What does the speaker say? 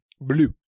Blue